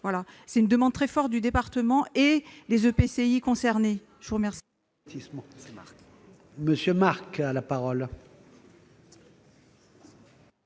à une demande très forte du département et des EPCI concernés.